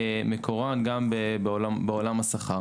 מקורן גם בעולם השכר.